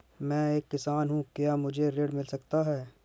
मैं एक किसान हूँ क्या मुझे ऋण मिल सकता है?